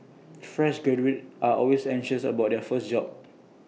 fresh graduates are always anxious about their first job